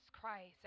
Christ